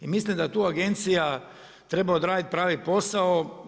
I mislim da tu agencija treba odraditi pravi posao.